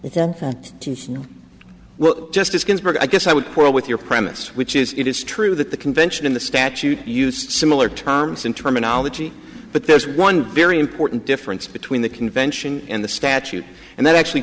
nothing well justice ginsburg i guess i would quarrel with your premise which is it is true that the convention in the statute used similar terms in terminology but there's one very important difference between the convention and the statute and that actually